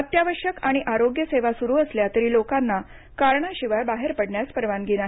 अत्यावश्यक आणि आरोग्य सेवा सुरू असल्या तरी लोकांना कारणाशिवाय बाहेर पडण्यास परवानगी नाही